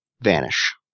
vanish